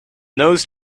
those